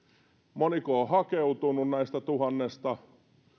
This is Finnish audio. moniko on hakeutunut näistä tuhannesta